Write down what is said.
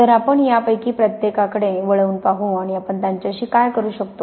तर आपण यापैकी प्रत्येकाकडे वळवून पाहू आणि आपण त्यांच्याशी काय करू शकतो